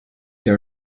your